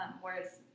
whereas